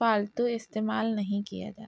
فالتو استعمال نہیں کیا جاتا ہے